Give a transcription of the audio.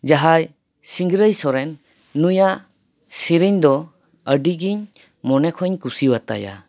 ᱡᱟᱦᱟᱸᱭ ᱥᱤᱝᱨᱟᱹᱭ ᱥᱚᱨᱮᱱ ᱱᱩᱭᱟᱜ ᱥᱮᱨᱮᱧ ᱫᱚ ᱟᱹᱰᱤᱜᱮᱧ ᱢᱚᱱᱮ ᱠᱷᱚᱱᱤᱧ ᱠᱩᱥᱤᱣᱟᱛᱟᱭᱟ